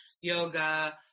yoga